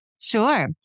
Sure